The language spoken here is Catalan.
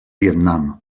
vietnam